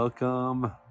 Welcome